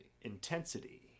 Intensity